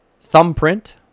Thumbprint